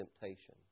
temptation